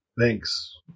Thanks